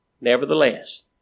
Nevertheless